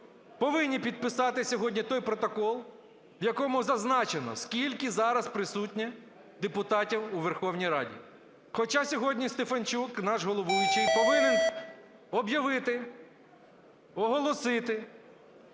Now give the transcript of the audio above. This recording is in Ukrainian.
повинні підписати сьогодні той протокол, в якому зазначено, скільки зараз присутніх депутатів у Верховній Раді. Хоча сьогодні Стефанчук, наш головуючий, повинен об'явити, оголосити